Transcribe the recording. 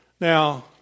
Now